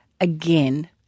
again